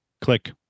Click